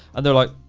and they were like.